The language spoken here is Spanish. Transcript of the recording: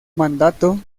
mandato